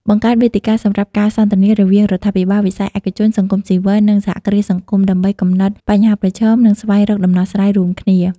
បង្កើតវេទិកាសម្រាប់ការសន្ទនា រវាងរដ្ឋាភិបាល វិស័យឯកជន សង្គមស៊ីវិល និងសហគ្រាសសង្គម ដើម្បីកំណត់បញ្ហាប្រឈម និងស្វែងរកដំណោះស្រាយរួមគ្នា ។